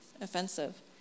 offensive